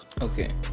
Okay